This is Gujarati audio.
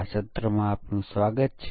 આ સત્રમાં તમારું સ્વાગત છે